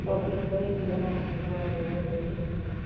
सब जे कहै छै बनाए देबै बनाए देबै बनबै छै नहिये